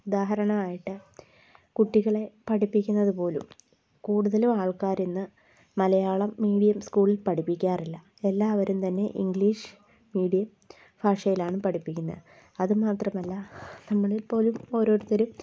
ഉദാഹരണമായിട്ട് കുട്ടികളെ പഠിപ്പിക്കുന്നത് പോലും കൂടുതലും ആൾക്കാർ ഇന്ന് മലയാളം മീഡിയം സ്കൂളിൽ പഠിപ്പിക്കാറില്ല എല്ലാവരും തന്നെ ഇംഗ്ലീഷ് മീഡിയം ഭാഷയിലാണ് പഠിപ്പിക്കുന്നത് അതുമാത്രമല്ല നമ്മളിൽ പോലും ഓരോരുത്തർ